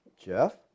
Jeff